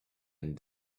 and